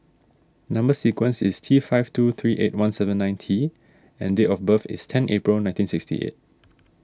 Number Sequence is T five two three eight one seven nine T and date of birth is ten April nineteen sixty eight